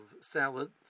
salad